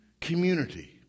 community